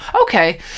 okay